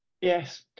Yes